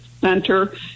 Center